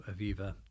Aviva